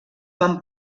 van